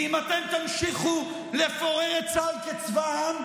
ואם אתם תמשיכו לפורר את צה"ל כצבא העם,